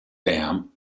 dam